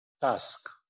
task